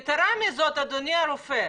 יתרה מזה, אדוני הרופא,